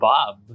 Bob